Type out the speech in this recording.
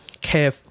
care